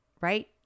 right